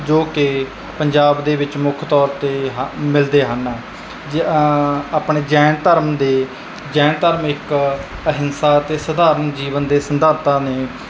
ਜੋ ਕਿ ਪੰਜਾਬ ਦੇ ਵਿੱਚ ਮੁੱਖ ਤੌਰ 'ਤੇ ਹ ਮਿਲਦੇ ਹਨ ਜੇ ਆਪਣੇ ਜੈਨ ਧਰਮ ਦੇ ਜੈਨ ਧਰਮ ਇੱਕ ਅਹਿੰਸਾ ਅਤੇ ਸਧਾਰਨ ਜੀਵਨ ਦੇ ਸਿਧਾਂਤਾਂ ਨੇ